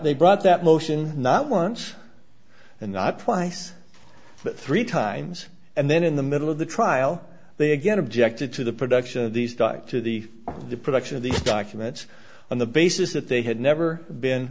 they brought that motion not once not twice but three times and then in the middle of the trial they again objected to the production of these dike to the production of these documents on the basis that they had never been